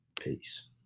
Peace